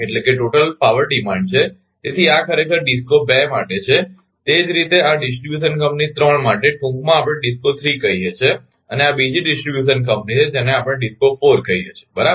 તેથી આ ખરેખર DISCO 2 માટે છે તે જ રીતે આ ડિસ્ટ્રીબ્યુશન કંપની 3 માટે ટૂંકમાં આપણે DISCO 3 કહીએ છીએ અને આ બીજી ડિસ્ટ્રિબ્યુશન કંપની છે જેને આપણે DISCO 4 કહીએ છીએ બરાબર